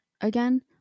again